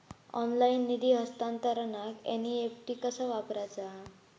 Online निधी हस्तांतरणाक NEFT कसा वापरायचा?